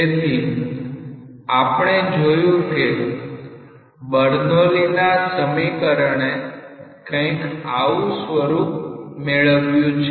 તેથી આપણે જોયું કે બર્નોલીના સમીકરણે કઈક આવું સ્વરૂપ મેળવ્યું છે